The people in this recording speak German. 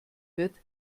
wird